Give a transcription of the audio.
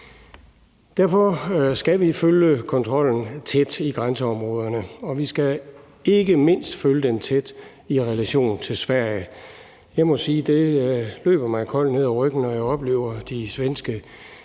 Derfor skal vi følge kontrollen tæt i grænseområderne, og vi skal ikke mindst følge den tæt i relation til Sverige. Jeg må sige, at det løber mig koldt ned ad ryggen, når jeg oplever de svenske